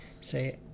say